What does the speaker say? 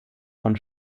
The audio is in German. von